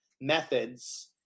methods